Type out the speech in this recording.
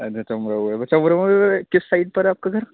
اچھا چمروا ہے پر چمروا کس سائڈ پر آپ کا گھر